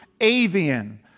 Avian